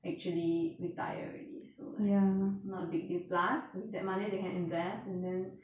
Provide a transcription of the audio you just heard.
actually retire already so like not a big deal plus with that money they can invest and then